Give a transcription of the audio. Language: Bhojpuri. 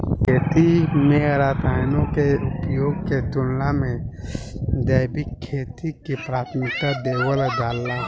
खेती में रसायनों के उपयोग के तुलना में जैविक खेती के प्राथमिकता देवल जाला